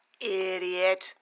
Idiot